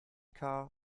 car